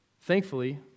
Thankfully